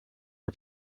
are